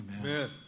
Amen